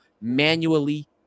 manually